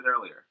earlier